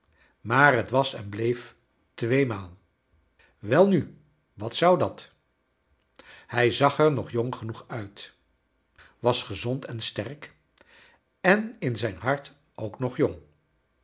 maar t was en bleef tweemaal welnu wat zou dat hij zag er nog jong genoeg uit was gczond en s erk en in zijn hart ook nog jong